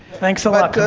thanks a lot,